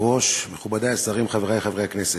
השרים, חברי חברי הכנסת,